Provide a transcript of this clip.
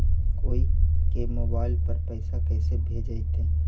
कोई के मोबाईल पर पैसा कैसे भेजइतै?